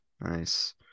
Nice